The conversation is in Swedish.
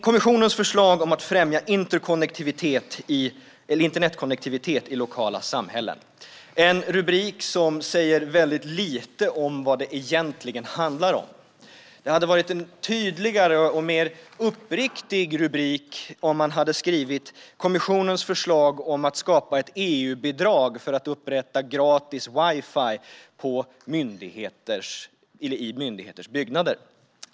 Kommissionens förslag om att främja internetkonnektivitet i lokala samhällen - det är en rubrik som säger lite om vad det egentligen handlar om. Det skulle ha varit en tydligare och mer uppriktig rubrik om man hade skrivit "Kommissionens förslag om att skapa ett EU-bidrag för att upprätta gratis wifi i myndigheters byggnader".